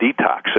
detox